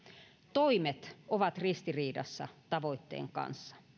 toimet ovat ristiriidassa tavoitteen kanssa